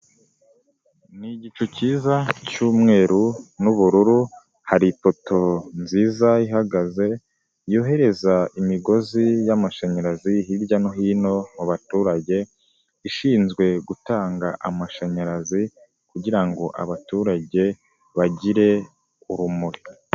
Ni igicu cyiza cy'umweru n'ubururu, hari ipoto nziza ihagaze, yohereza imigozi y'amashanyarazi hirya no hino mu baturage, ishinzwe gutanga amashanyarazi kugira ngo abaturage bagire urumuri.